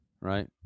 Right